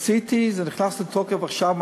עשיתי וזה נכנס לתוקף עכשיו,